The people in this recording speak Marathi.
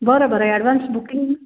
बरं बरं अॅडव्हान्स बुकिंग